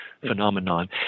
phenomenon